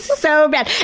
so mad!